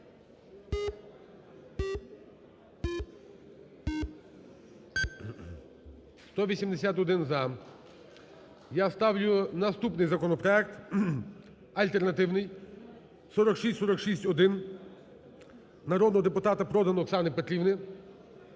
За-181 Я ставлю наступний законопроект, альтернативний: 4646-1, народного депутата Продан Оксани Петрівни.